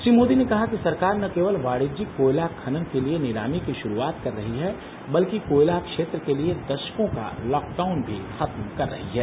श्री मोदी ने कहा कि सरकार न केवल वाणिज्यिक कोयला खनन के लिए नीलामी की शुरूआत कर रही है बल्कि कोयला क्षेत्र के लिए दशकों का लॉकडाउन भी खत्म कर रही है